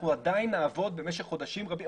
אנחנו עדיין נעבוד במשך חודשים רבים.